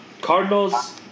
Cardinals